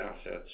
assets